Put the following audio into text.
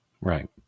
Right